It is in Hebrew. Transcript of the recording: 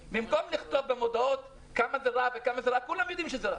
במקום לכתוב במודעות כמה זה רע וכמה זה רע כולם יודעים שזה רע,